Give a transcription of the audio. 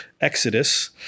Exodus